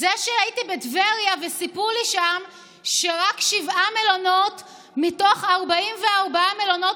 זה שהייתי בטבריה וסיפרו לי שם שרק שבעה מלונות פתוחים מתוך 44 מלונות,